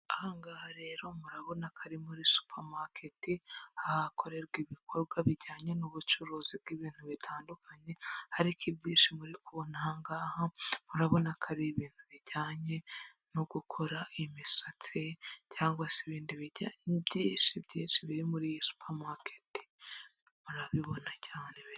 Aha ngaha rero murabona ko ari muri supamaketi, aha hakorerwa ibikorwa bijyanye n'ubucuruzi bw'ibintu bitandukanye, ariko ibyinshi muri kubona aha ngaha, murabona ko ari ibintu bijyanye no gukora imisatsi cyangwa se ibindi bijyanye, ni byinshi biri muri supamaketi, murabibona cyane ibintu ...